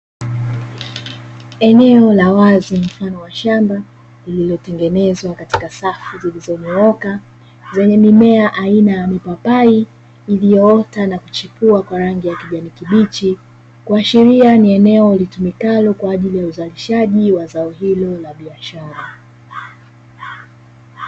Eneo la wazi mfano wa shamba liliotengenezwa katika safu zilizonyooka, zenye mimea aina ya mipapai iliyoota na kuchipua kwa rangi ya kijani kibichi, kuashiria ni eneo litumikalo kwa ajili ya uzalishaji wa zao hilo la biashara.